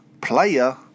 player